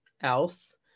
else